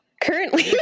currently